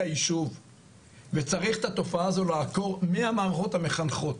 היישוב וצריך את התופעה הזאת לעקור מהמערכות המחנכות.